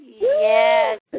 Yes